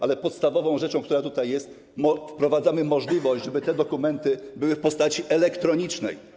Ale podstawową rzeczą, którą tutaj wprowadzamy, jest możliwość, żeby te dokumenty były w postaci elektronicznej.